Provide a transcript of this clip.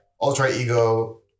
ultra-ego